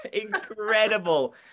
incredible